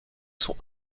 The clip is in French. sont